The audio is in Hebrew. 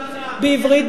בעברית,